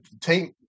team